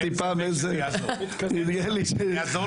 שראיתי ראיון